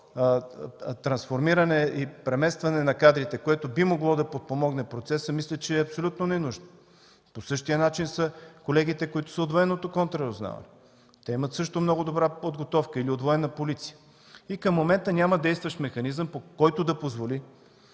трансформиране и преместване на кадрите, което би могло да подпомогне процеса, мисля, че е абсолютно ненужно. По същия начин са колегите, които са от Военното контраразузнаване или Военната полиция. Те също имат много добра подготовка. Към момента няма действащ механизъм, който да позволи